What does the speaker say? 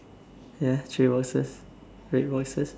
ya three roses red roses